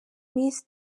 miss